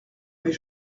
mais